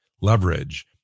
leverage